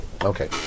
Okay